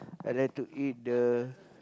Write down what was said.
I like to eat the